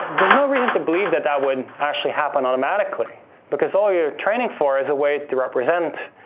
there's no reason to believe that that would actually happen automatically because all you're training for is a way to represent